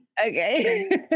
Okay